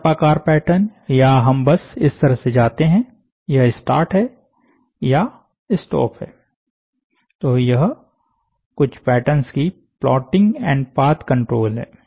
सर्पाकार pattern या हम बस इस तरह से जाते हैं यह स्टार्ट है या स्टॉप है तो यह कुछ पैटर्न्स की प्लॉटिंग एंड पाथ कंट्रोल है